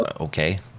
okay